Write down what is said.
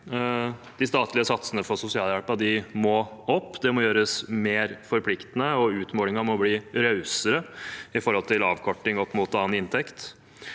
De statlige satsene for sosialhjelp må opp. Det må gjøres mer forpliktende, og utmålingen må bli rausere i forhold til avkorting mot annen inntekt.